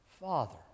Father